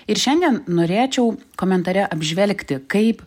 ir šiandien norėčiau komentare apžvelgti kaip